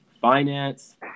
finance